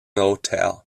hotel